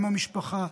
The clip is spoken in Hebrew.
אם המשפחה,